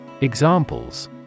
Examples